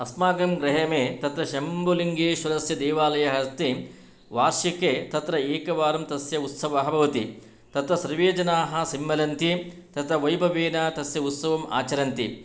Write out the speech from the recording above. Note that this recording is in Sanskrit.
अस्माकं ग्रामे तत्र शम्भुलिङ्गेश्वरस्य देवालयः अस्ति वार्षिके तत्र एकवारं तस्य उत्सवः भवति तत्र सर्वे जनाः सम्मिलन्ति तत वैभवेन तस्य उत्सवम् आचरन्ति